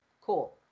Cool